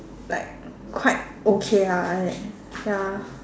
like quite okay ah like ya